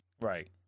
right